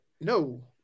no